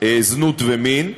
זנות ומין.